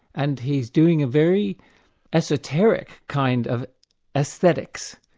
and he's doing a very esoteric kind of aesthetics,